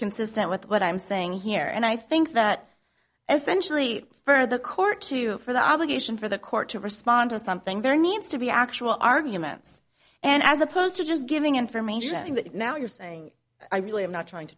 consistent with what i'm saying here and i think that as sensually for the court to for the obligation for the court to respond to something very needs to be actual arguments and as opposed to just giving information that now you're saying i really am not trying to